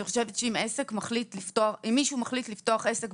אני חושבת שאם מישהו מחליט לפתוח עסק,